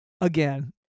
again